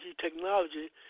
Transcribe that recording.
technology